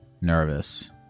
nervous